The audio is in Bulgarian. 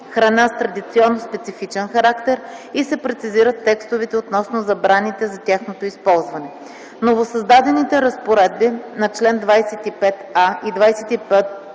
„храна с традиционно специфичен характер” и се прецизират текстовете относно забраните за тяхното използване. Новосъздадените разпоредби на чл. 25а и 25б